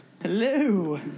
Hello